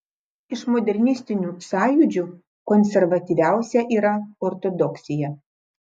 iš modernistinių sąjūdžių konservatyviausia yra ortodoksija